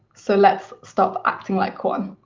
so let's stop acting like one.